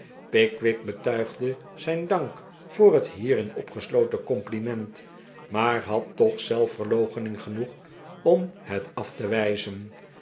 pickwick betuigde zijn dank voor het hierin opgesloten compliment maar had toch zelfverloochening genoeg om het af te wijzen